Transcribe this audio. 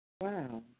Wow